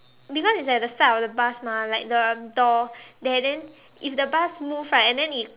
because it's at the side of the bus mah like the door there then if the bus move right and then it